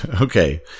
Okay